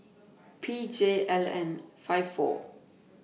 P J L N five four